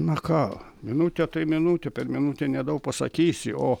na ką minutė minutė per minutę nedaug pasakysi o